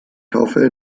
hoffe